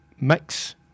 mix